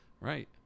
Right